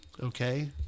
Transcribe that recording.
Okay